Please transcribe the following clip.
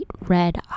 red